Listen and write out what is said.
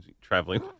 traveling